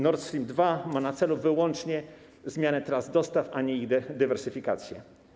Nord Stream 2 ma na celu wyłącznie zmianę tras dostaw, a nie ich dywersyfikację.